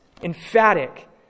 Emphatic